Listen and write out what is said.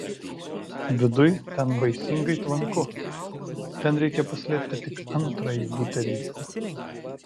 viduj ten baisingai tvanku ten reikia paslėpti tik antrąjį butelį